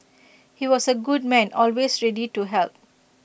he was A good man always ready to help